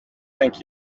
thank